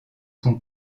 son